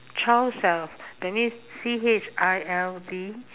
child self that means C H I L D